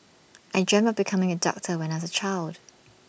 I dreamt of becoming A doctor when I was A child